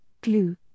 glue